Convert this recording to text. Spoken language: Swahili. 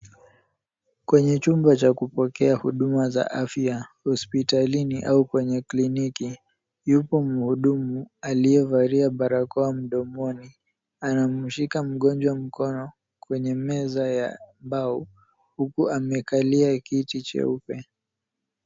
Kwenye chumba cha kupokea huduma za afya hospitalini au kwenye kliniki. Yupo mhudumu aliyevalia barakoa mdomoni. Anamshika mgonjwa mkono kwenye meza ya mbao huku amekalia kiti cheupe.